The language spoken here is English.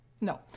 No